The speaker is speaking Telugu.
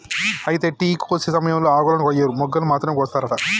అయితే టీ కోసే సమయంలో ఆకులను కొయ్యరు మొగ్గలు మాత్రమే కోస్తారట